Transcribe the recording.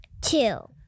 Two